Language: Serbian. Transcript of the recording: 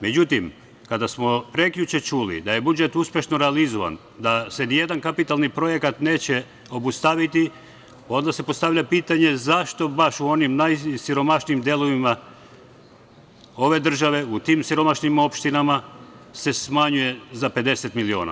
Međutim, kada smo prekjuče čuli da je budžet uspešno realizovan da se ni jedan kapitalni projekat neće obustaviti onda se postavlja pitanje – zašto baš u onim najsiromašnijim delovima ove države, u tim siromašnim opštinama se smanjuje za 50 miliona?